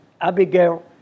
Abigail